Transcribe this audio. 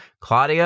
Claudia